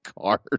card